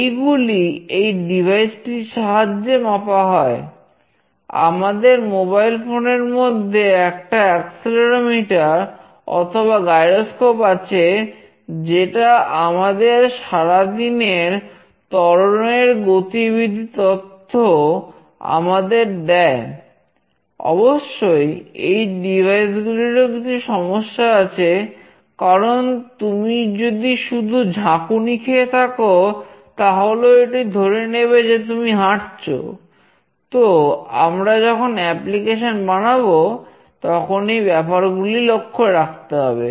এইগুলি এই ডিভাইস বানাবো তখন এই ব্যাপারগুলি লক্ষ্য রাখতে হবে